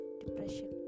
depression